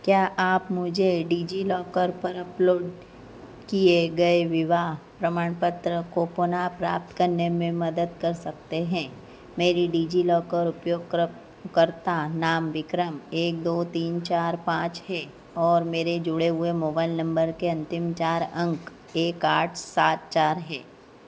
क्या आप मुझे डिज़िलॉकर पर अपलोड किए गए विवाह प्रमाणपत्र को पुनः प्राप्त करने में मदद कर सकते हैं मेरी डिज़िलॉकर उपयोगक्रप कर्ता नाम विक्रम एक दो तीन चार पाँच है और मेरे जुड़े हुए मोबाइल नम्बर के अन्तिम चार अंक एक आठ सात चार है